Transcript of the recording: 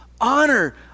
Honor